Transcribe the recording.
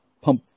pump